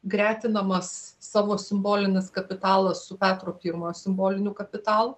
gretinamas savo simbolinis kapitalas su petro pirmojo simboliniu kapitalu